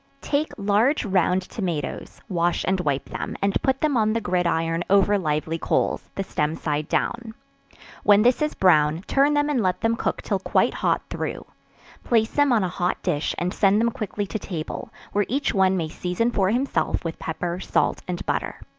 take large round tomatoes, wash and wipe them, and put them on the gridiron over lively coals the stem side down when this is brown, turn them and let them cook till quite hot through place them on a hot dish and send them quickly to table, where each one may season for himself with pepper, salt and butter.